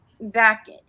back